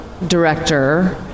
director